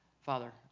Father